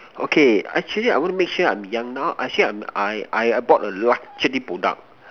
okay actually I want to make sure I'm young now actually I'm I I I bought a luxury product